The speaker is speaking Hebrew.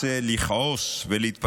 אותי ויאנסו אותי ויתעללו בי.